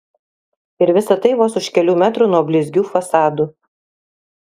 ir visa tai vos už kelių metrų nuo blizgių fasadų